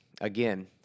again